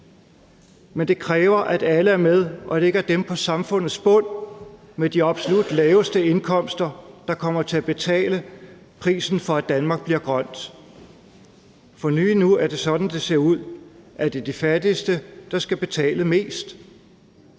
men det kræver, at alle er med, og at det ikke er dem på samfundets bund med de absolut laveste indkomster, der kommer til at betale prisen for, at Danmark bliver grønt. For lige nu ser det ud, som om det er de fattigste, der skal betale mest.